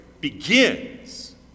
begins